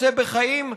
רוצה בחיים,